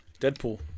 Deadpool